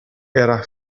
era